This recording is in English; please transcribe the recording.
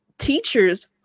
Teachers